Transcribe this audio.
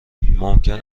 ممکن